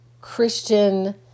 Christian